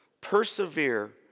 Persevere